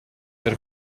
per